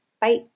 Bye